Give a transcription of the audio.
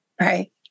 Right